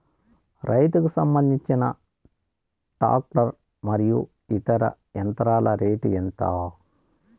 రైతుకు సంబంధించిన టాక్టర్ మరియు ఇతర యంత్రాల రేటు ఎంత?